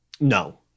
No